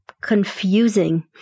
confusing